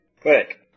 Quick